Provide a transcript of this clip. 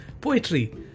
poetry